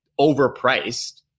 overpriced